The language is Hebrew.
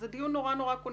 זה דיון מאוד קונקרטי.